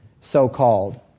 so-called